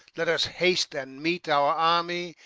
let us haste and meet our army,